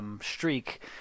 Streak